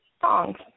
songs